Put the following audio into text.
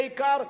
בעיקר,